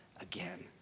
again